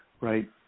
right